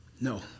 No